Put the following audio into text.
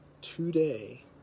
today